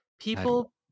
people